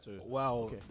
Wow